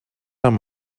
amb